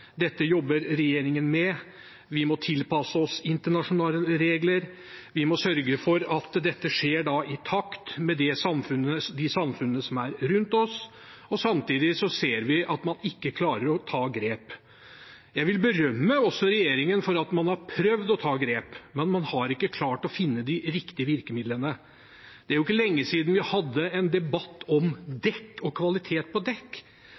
dette jobber regjeringen med, vi må tilpasse oss internasjonale regler, og vi må sørge for at dette skjer i takt med de samfunnene som er rundt oss. Samtidig ser vi at man ikke klarer å ta grep. Jeg vil berømme regjeringen for at man har prøvd å ta grep, men man har ikke klart å finne de riktige virkemidlene. Det er ikke lenge siden vi hadde en debatt om dekk og kvaliteten på dekk,